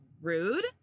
rude